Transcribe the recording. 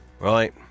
Right